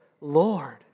Lord